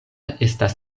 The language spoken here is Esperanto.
estas